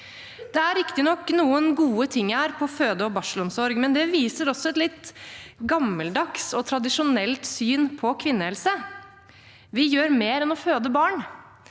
noen gode ting her på føde- og barselomsorg, men det viser også et litt gammeldags og tradisjonelt syn på kvinnehelse. Vi gjør mer enn å føde barn.